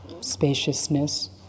spaciousness